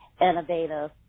innovative